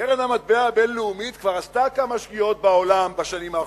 קרן המטבע הבין-לאומית כבר עשתה כמה שגיאות בעולם בשנים האחרונות.